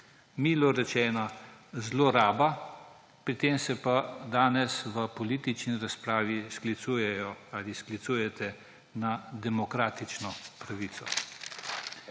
milo rečeno zloraba, pri tem se pa danes v politični razpravi sklicujejo ali sklicujete na demokratično pravico.